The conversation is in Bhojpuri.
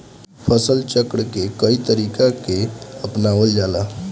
फसल चक्र के कयी तरह के अपनावल जाला?